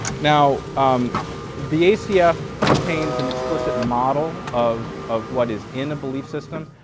now um the acf contains an explicit model of of what is in a belief system.